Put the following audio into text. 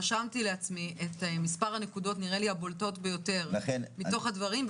רשמתי לעצמי את מספר הנקודות הבולטות ביותר מתוך הדברים.